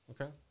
Okay